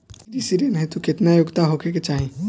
कृषि ऋण हेतू केतना योग्यता होखे के चाहीं?